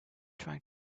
trying